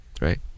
right